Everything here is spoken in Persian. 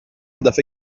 دفه